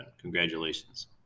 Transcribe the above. Congratulations